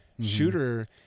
shooter